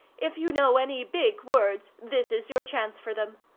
if you know any big words this is your chance for them.